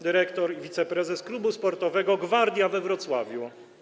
Dyrektor i wiceprezes Klubu Sportowego Gwardia we Wrocławiu.